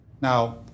Now